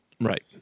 right